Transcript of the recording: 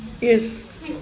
Yes